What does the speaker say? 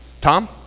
Tom